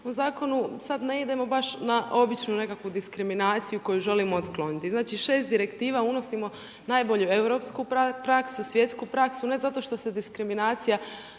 zakonu sada ne idemo baš na običnu nekakvu diskriminaciju koju želimo otkloniti. Znači šest direktiva unosimo najbolju europsku praksu, svjetsku praksu ne zato što se diskriminacija